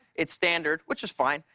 it's standard, which is fine.